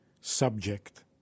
subject